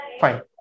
Fine